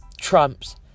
Trump's